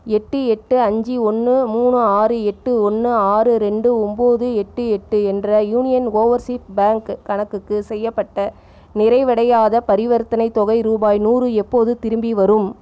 எட்டு எட்டு அஞ்சு ஒன்று மூணு ஆறு எட்டு ஒன்று ஆறு ரெண்டு ஒம்பது எட்டு எட்டு என்ற யூனியன் ஓவர்சீஸ் பேங்க் கணக்குக்கு செய்யப்பட்ட நிறைவடையாத பரிவர்த்தனைத் தொகை ரூபாய் நூறு எப்போது திரும்பி வரும்